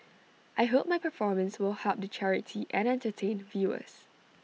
I hope my performance will help the charity and entertain viewers